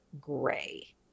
gray